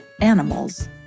animals